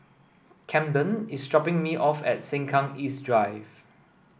Camden is dropping me off at Sengkang East Drive